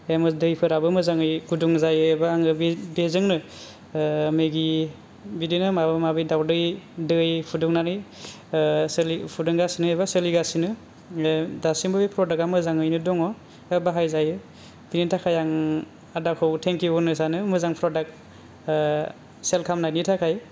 दैफोराबो मोजाङै गुदुं जायो एबा आङो बे बेजोंनो मेगि बिदिनो माबा माबि दावदै दै फुदुंनानै फुदुंगासिनो बा सोलिगासिनो दासिमबो बे प्रडाक्टया मोजाङैनो दङ दा बाहाय जायो बेनि थाखाय आं आदाखौ थेंकिउ होन्नो सानो मोजां प्रडाक्ट सेल खालामनायनि थाखाय